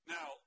Now